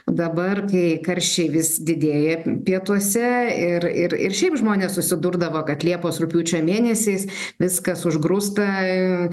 dabar kai karščiai vis didėja pietuose ir ir ir šiaip žmonės susidurdavo kad liepos rugpjūčio mėnesiais viskas užgrūsta